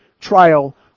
trial